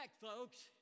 folks